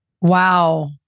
Wow